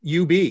UB